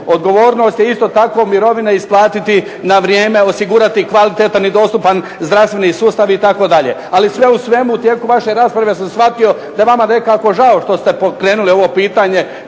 Odgovornost je isto tako mirovine isplatiti na vrijeme, osigurati kvalitetan i dostupan zdravstveni sustav itd. Ali sve u svemu u tijeku vaše rasprave sam shvatio da je vama nekako žao što ste pokrenuli ovo pitanje